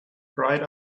dried